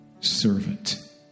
Servant